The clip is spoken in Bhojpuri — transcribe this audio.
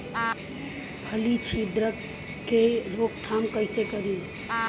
फली छिद्रक के रोकथाम कईसे करी?